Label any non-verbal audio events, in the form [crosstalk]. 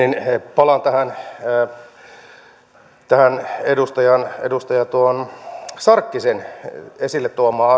palaan tähän tähän edustaja sarkkisen esille tuomaan [unintelligible]